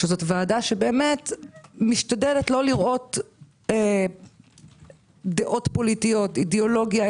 שהיא ועדה שבאמת משתדלת לא לראות דעות פוליטיות ואידיאולוגיה,